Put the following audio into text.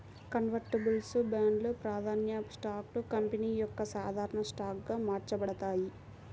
convertibles బాండ్లు, ప్రాధాన్య స్టాక్లు కంపెనీ యొక్క సాధారణ స్టాక్గా మార్చబడతాయి